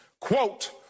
quote